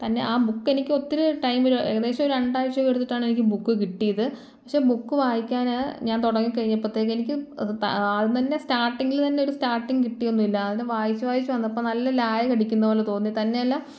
തന്നെ ആ ബുക്ക് എനിക്ക് ഒത്തിരി ടൈം ഏകദേശം ഒര് രണ്ടാഴ്ചയൊക്കെ എടുത്തിട്ടാണെനിക്ക് ബുക്ക് കിട്ടിയത് പക്ഷെ ബുക്ക് വായിക്കാൻ ഞാൻ തുടങ്ങി കഴിഞ്ഞപ്പത്തേക്കും എനിക്ക് ആദ്യം തന്നെ സ്റ്റാർട്ടിങ്ങില് തന്നെ ഒരു സ്റ്റാർട്ടിങ് കിട്ടിയൊന്നുമില്ല അത് വായിച്ചു വായിച്ചു വന്നപ്പോൾ നല്ല ലാഗ് അടിക്കുന്ന പോലെ തോന്നി തന്നെയല്ല